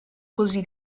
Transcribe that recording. così